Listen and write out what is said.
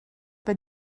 bei